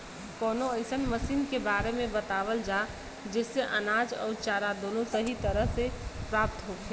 कवनो अइसन मशीन के बारे में बतावल जा जेसे अनाज अउर चारा दोनों सही तरह से प्राप्त होखे?